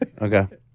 Okay